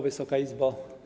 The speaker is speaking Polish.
Wysoka Izbo!